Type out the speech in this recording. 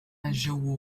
الجو